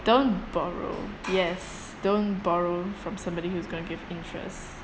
don't borrow yes don't borrow from somebody who's gonna give interest